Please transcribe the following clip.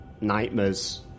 nightmares